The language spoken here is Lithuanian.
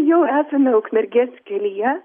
jau esame ukmergės kelyje